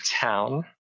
Town